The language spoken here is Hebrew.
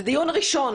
זה דיון ראשון.